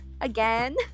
Again